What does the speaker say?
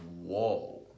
whoa